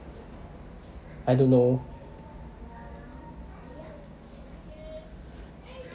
I don't know